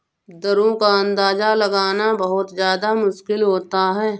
दरों का अंदाजा लगाना बहुत ज्यादा मुश्किल होता है